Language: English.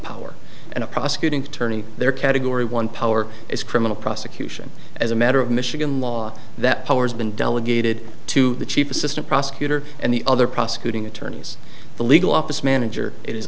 power and a prosecuting attorney there category one power is criminal prosecution as a matter of michigan law that powers been delegated to the cheap assistant prosecutor and the other prosecuting attorneys the legal office manager is